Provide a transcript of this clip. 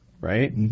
right